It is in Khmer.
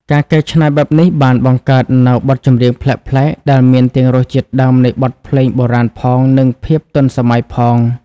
ការកែច្នៃបែបនេះបានបង្កើតនូវបទចម្រៀងប្លែកៗដែលមានទាំងរសជាតិដើមនៃបទភ្លេងបុរាណផងនិងភាពទាន់សម័យផង។